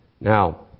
Now